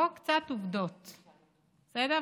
בוא, קצת עובדות, בסדר?